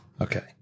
okay